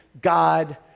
God